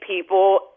people